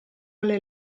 alle